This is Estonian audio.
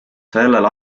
sellel